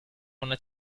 una